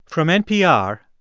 from npr,